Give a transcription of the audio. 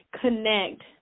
connect